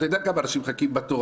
אתה יודע כמה אנשים מחכים בתור.